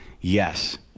Yes